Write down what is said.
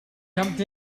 jumped